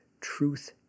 truth